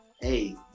hey